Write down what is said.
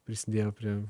prisidėjo prie